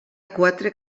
quatre